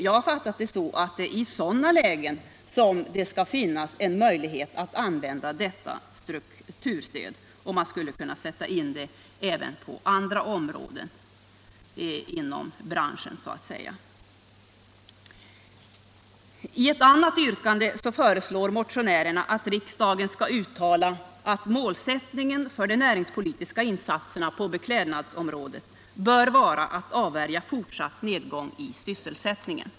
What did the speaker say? Jag har fattat det så, att det är i sådana lägen som detta strukturstöd skall kunna användas, och det skulle även kunna sättas in på andra områden inom branschen, så att säga. I ett annat yrkande föreslår motionärerna att riksdagen skall uttala att målsättningen för de näringspolitiska insatserna på beklädnadsområdet bör vara att avvärja fortsatt nedgång i sysselsättningen.